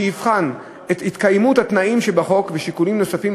שיבחן את התקיימות התנאים שבחוק ושיקולים נוספים,